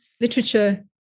Literature